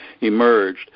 emerged